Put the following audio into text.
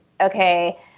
okay